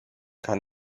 kann